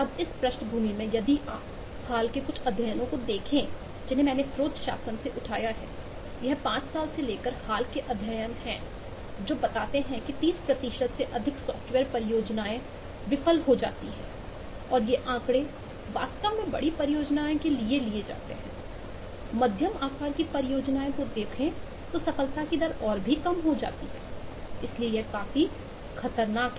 अब इस पृष्ठभूमि में यदि आप हाल के कुछ अध्ययनों को देखें जिन्हें मैंने स्रोत शासन से उठाया है ये 5 साल से लेकर हाल के अध्ययन हैं जो बताते हैं कि 30 से अधिक सॉफ्टवेयर परियोजनाएं विफल हो जाती हैं और ये आंकड़े वास्तव में बड़ी परियोजनाओं के लिए भी ले लिए जाते हैं मध्यम आकार की परियोजनाओं को देखे तो सफलता की दर और भी कम होगी इसलिए यह काफी खतरनाक है